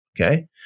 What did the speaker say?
okay